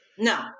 No